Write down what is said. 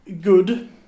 good